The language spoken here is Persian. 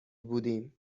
بودیم